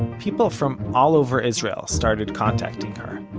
people from all over israel started contacting her.